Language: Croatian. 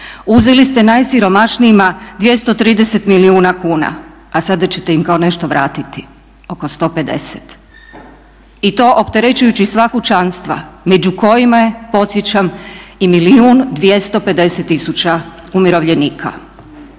uzeli ste najsiromašnijima 230 milijuna kuna a sada ćete im kao nešto vratiti, oko 150. I to opterećujući sva kućanstva među kojima je, podsjećam i milijun 250 tisuća umirovljenika.